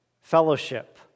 fellowship